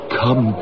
come